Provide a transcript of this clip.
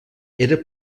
era